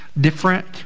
different